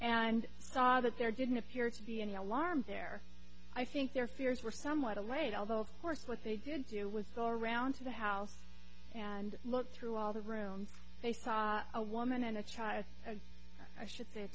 and saw that there didn't appear to be any alarm there i think their fears were somewhat allayed although of course what they did do was go around to the house and look through all the rooms they saw a woman and a child i should say a